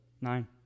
Nine